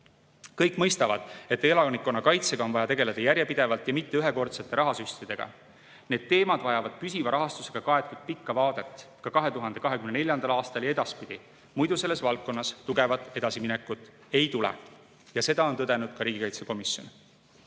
Kõik mõistavad, et elanikkonnakaitsega on vaja tegeleda järjepidevalt ja mitte ühekordsete rahasüstidega. Need teemad vajavad püsiva rahastusega kaetud pikka vaadet ka 2024. aastal ja edaspidi, muidu selles valdkonnas tugevat edasiminekut ei tule. Ja seda on tõdenud ka riigikaitsekomisjon.